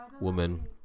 woman